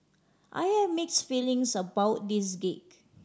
I have mix feelings about this gig